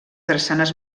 drassanes